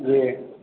जी